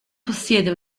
possiede